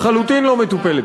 לחלוטין לא מטופלת.